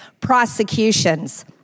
prosecutions